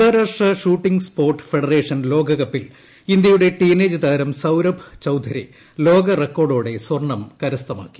അന്താരാഷ്ട്ര shooting sport federation ലോക കപ്പിൽ ഇന്ത്യയുടെ ടീനേജ് താരം സൌരഭ് ചൌധരി ലോക റെക്കോർഡോടെ സ്വർണ്ണം കരസ്ഥമാക്കി